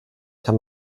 kann